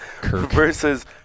Versus